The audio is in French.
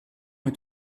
est